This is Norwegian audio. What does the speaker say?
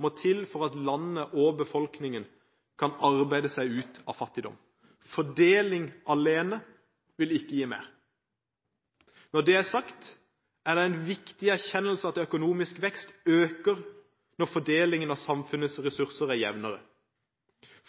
må til for at landet og befolkningen kan arbeide seg ut av fattigdom. Fordeling alene vil ikke gi mer. Når det er sagt, er det en viktig erkjennelse av at økonomisk vekst øker når fordelingen av samfunnets ressurser er jevnere.